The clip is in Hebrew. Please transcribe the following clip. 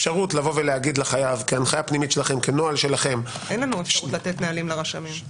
יש אפשרות להגיד לחייב --- אין לנו אפשרות לתת נהלים לרשמים.